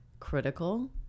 critical